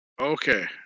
Okay